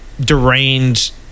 deranged